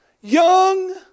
young